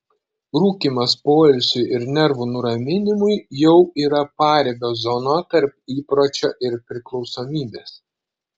rūkymas poilsiui ir nervų nuraminimui jau yra paribio zona tarp įpročio ir priklausomybės